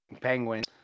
Penguins